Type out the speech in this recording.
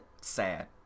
Sad